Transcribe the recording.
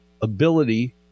ability